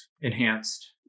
enhanced